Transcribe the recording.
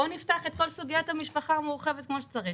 בואו נפתח את כל סוגיית המשפחה המורחבת כמו שצריך.